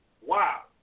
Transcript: Wow